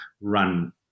run